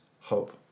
hope